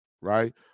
right